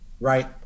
Right